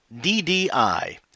DDI